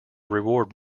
reward